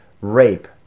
Rape